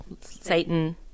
Satan